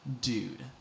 dude